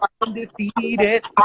undefeated